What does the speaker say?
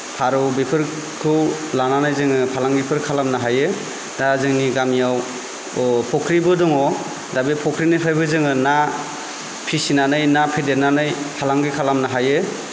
फारै बेफोरखौ लानानै जोङो फालांगिफोर खालामनो हायो दा जोंनि गामियाव फुख्रिबो दङ दा बे फुख्रिनिफ्रायबो जोङो ना फिसिनानै ना फेदेरनानै फालांगि खालामनो हायो